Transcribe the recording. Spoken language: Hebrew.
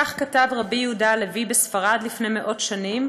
כך כתב רבי יהודה הלוי בספרד לפני מאות שנים,